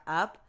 up